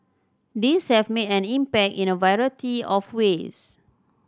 these have made an impact in a variety of ways